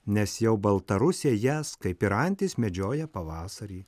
nes jau baltarusija jas kaip ir antys medžioja pavasarį